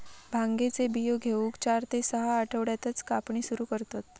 भांगेचे बियो घेऊक चार ते सहा आठवड्यातच कापणी सुरू करतत